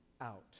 out